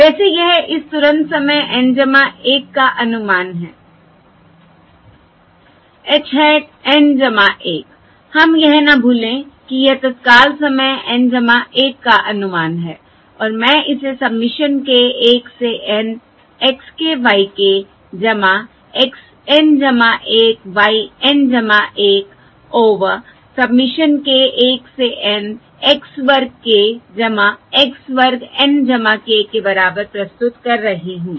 वैसे यह इस तुरंत समय N 1 का अनुमान है h hat N 1 हम यह न भूलें कि यह तत्काल समय N 1 का अनुमान है और मैं इसे सबमिशन k 1 से N x k y k x N 1 y N 1 over submission k1 से N x वर्ग k x वर्ग N 1 के बराबर प्रस्तुत कर रही हूं